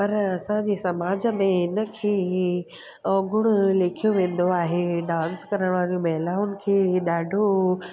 पर असांजे समाज में हिनखे ई अवगुण लेखियो वेंदो आहे डांस करण वारियूं महिलाउनि खे इहो ॾाढो